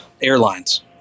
airlines